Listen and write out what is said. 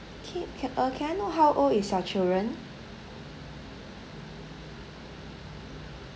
can or cannot how old is your children